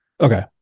Okay